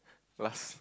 last